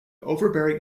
overbearing